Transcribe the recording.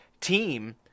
team